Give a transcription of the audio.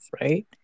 right